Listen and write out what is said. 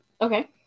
Okay